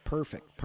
Perfect